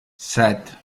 set